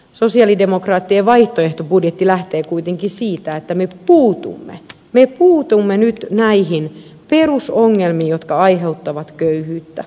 sosialidemokraattien vaihtoehtobudjetti lähtee kuitenkin siitä että me puutumme nyt näihin perusongelmiin jotka aiheuttavat köyhyyttä